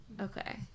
Okay